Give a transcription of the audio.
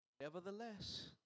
Nevertheless